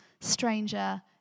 stranger